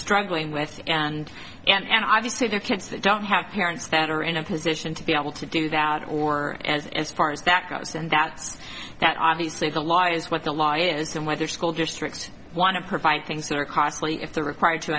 struggling with and and obviously the kids that don't have parents that are in a position to be able to do that or as as far as that goes and that's that obviously the law is what the law is and whether school districts want to provide things that are costly if they're required to